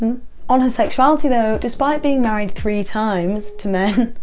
on her sexuality though, despite being married three times to men,